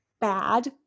bad